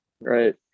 Right